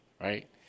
right